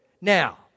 Now